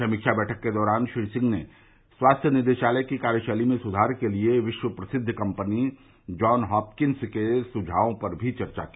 समीक्षा बैठक के दौरान श्री सिंह ने स्वास्थ्य निदेशालय की कार्यशैली में सुधार के लिए विश्व प्रसिद्ध कम्पनी जॉन हॉपकिंस के सुझावों पर भी चर्चा की